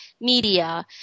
Media